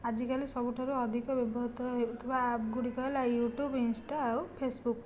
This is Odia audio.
ଆଜିକାଲି ସବୁଠାରୁ ଅଧିକ ବ୍ୟବହୃତ ହେଉଥିବା ଆପ୍ ଗୁଡ଼ିକ ହେଲା ୟୁଟ୍ୟୁବ ଇନ୍ସଟା ଆଉ ଫେସବୁକ୍